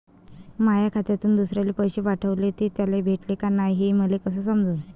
माया खात्यातून दुसऱ्याले पैसे पाठवले, ते त्याले भेटले का नाय हे मले कस समजन?